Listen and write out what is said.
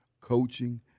coaching